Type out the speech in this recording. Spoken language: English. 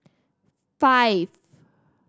five